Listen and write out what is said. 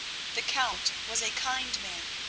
the count was a kind man,